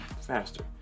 faster